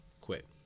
quit